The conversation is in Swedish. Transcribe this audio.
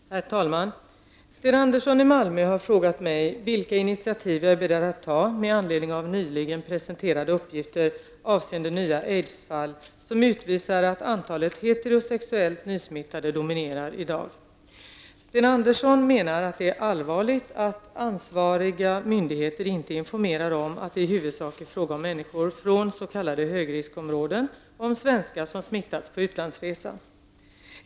Herr talman! Sten Andersson i Malmö har frågat mig vilka initiativ jag är beredd att ta med anledning av nyligen presenterade uppgifter avseende nya aidsfall, som utvisar att antalet heterosexuellt nysmittade dominerar i dag. Sten Andersson menar att det är allvarligt att ansvariga myndigheter inte informerar om att det i huvudsak är fråga om människor från s.k. högriskområden och om svenskar som smittats på utlandsresan.